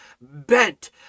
bent